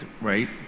right